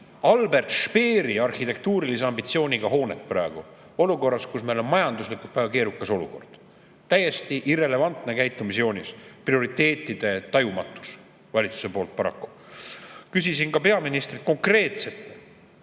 Albert Speeri arhitektuurilise ambitsiooniga puidust hoonet praegu, [ajal], kus meil on majanduslikult väga keerukas olukord! Täiesti irrelevantne käitumisjoonis, prioriteetide tajumatus valitsuse poolt paraku. Küsisin ka peaministrilt konkreetselt